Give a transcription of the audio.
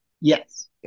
Yes